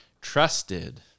trusted